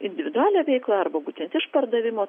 individualią veiklą arba būtent iš pardavimo